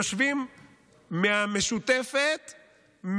יושבים מהמשותפת,